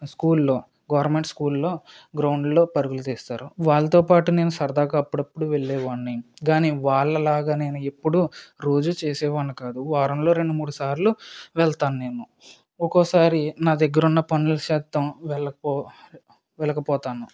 స్కూల్లో గవర్నమెంట్ స్కూల్లో గ్రౌండ్లో పరుగులు తీస్తారు వాళ్ళతో పాటు నేను సరదాగా అప్పుడప్పుడు వెళ్ళేవాడిని కానీ వాళ్ళలాగా నేను ఎప్పుడు రోజు చేసే వాడిని కాదు వారంలో రెండు మూడు సార్లు వెళ్తాను నేను ఒక్కోసారి నా దగ్గర ఉన్న పనులు శాతం వెళ్ళకపో వెళ్ళకపోతాను